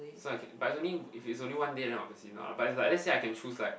so I can but it's only if it's only one day then obviously not lah but it's like let's say I can choose like